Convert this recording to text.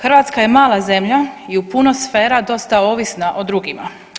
Hrvatska je mala zemlja i u puno sfera dosta ovisna o drugima.